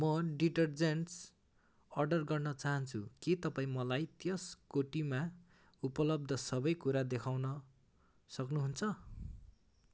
म detergents order गर्न चाहन्छु के तपाईँ मलाई त्यस कोटीमा उपलब्ध सबै कुरा देखाउन सक्नुहुन्छ